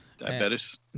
Diabetes